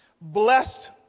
Blessed